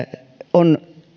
on